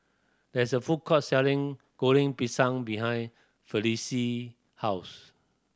there is a food court selling Goreng Pisang behind Felicie house